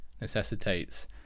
necessitates